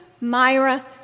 Myra